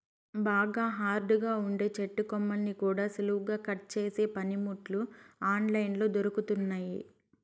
బాగా హార్డ్ గా ఉండే చెట్టు కొమ్మల్ని కూడా సులువుగా కట్ చేసే పనిముట్లు ఆన్ లైన్ లో దొరుకుతున్నయ్యి